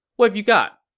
what've you got?